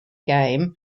game